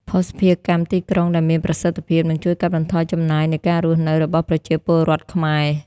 ភស្តុភារកម្មទីក្រុងដែលមានប្រសិទ្ធភាព នឹងជួយកាត់បន្ថយចំណាយនៃការរស់នៅរបស់ប្រជាពលរដ្ឋខ្មែរ។